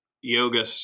yoga